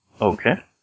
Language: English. Okay